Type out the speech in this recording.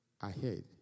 ahead